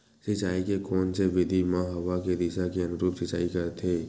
सिंचाई के कोन से विधि म हवा के दिशा के अनुरूप सिंचाई करथे?